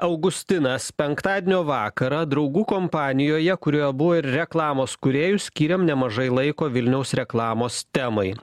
augustinas penktadienio vakarą draugų kompanijoje kurioje buvo ir reklamos kūrėjų skyrėm nemažai laiko vilniaus reklamos temai